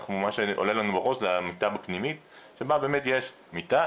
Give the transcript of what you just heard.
מה שעולה לנו בראש זה המיטה בפנימית שבה באמת יש מיטה,